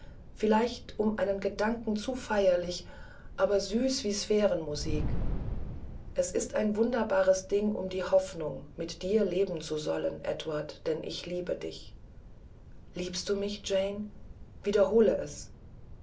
vielleicht um einen gedanken zu feierlich aber süß wie sphärenmusik es ist ein wundersames ding um die hoffnung mit dir leben zu sollen edward denn ich liebe dich liebst du mich jane wiederhole es